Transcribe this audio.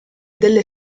delle